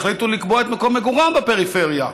יחליטו לקבוע את מקום מגוריהם בפריפריה.